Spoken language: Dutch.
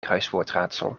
kruiswoordraadsel